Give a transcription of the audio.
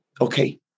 okay